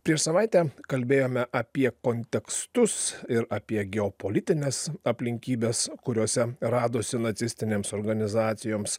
prieš savaitę kalbėjome apie kontekstus ir apie geopolitines aplinkybes kuriose radosi nacistinėms organizacijoms